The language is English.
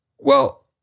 Well-